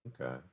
Okay